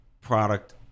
product